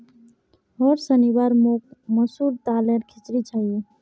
होर शनिवार मोक मसूर दालेर खिचड़ी चाहिए